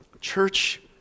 Church